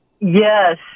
Yes